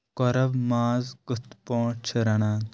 کوٚرٛب ماز کِتھ پٲٹھۍ چھِ رَنان